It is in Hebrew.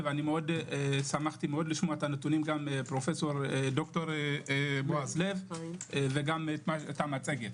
שמחתי לשמוע את הנתונים, ד"ר בעז לב וגם את המצגת.